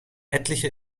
etliche